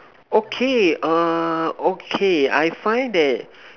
okay err okay I find that